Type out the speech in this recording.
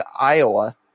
Iowa